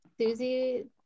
Susie